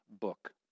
book